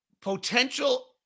potential